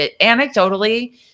anecdotally